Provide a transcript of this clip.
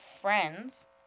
friends